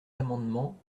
amendements